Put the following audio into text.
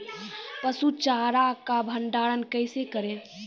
पसु चारा का भंडारण कैसे करें?